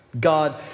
God